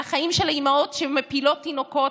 על החיים של האימהות שמפילות תינוקות,